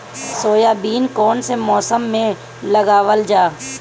Soybean कौने मौसम में लगावल जा?